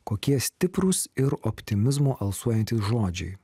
kokie stiprūs ir optimizmu alsuojantys žodžiai